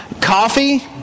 coffee